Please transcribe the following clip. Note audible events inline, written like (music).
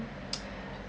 (noise)